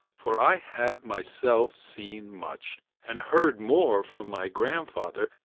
for i have myself seen much, and heard more from my grandfather,